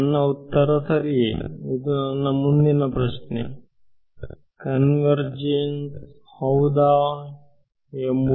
ನನ್ನ ಉತ್ತರ ಸರಿಯೇ ಇದು ನನ್ನ ಮುಂದಿನ ಪ್ರಶ್ನೆ ಕನ್ವರ್ಜೆನ್ಸ್ ಹೌದಾ ಎಂದು